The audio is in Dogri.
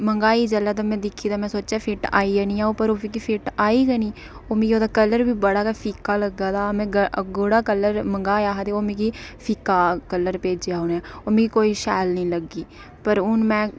मंगाई जिसलै ते में दिक्खी दे में सोचेआ फिट्ट आई जानी ऐ ओह् पर ओह् मिगी फिट्ट आई गै निं ओह् मिगी ओह्दा कल्लर बी बड़ा गै फिक्का लग्गा दा हा में गूढ़ा कल्लर मंगाया हा ते ओह् मिगी फिक्का कल्लर भेजेआ उ'नें ओह् मिगी कोई शैल निं लग्गी पर हून में